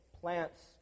plants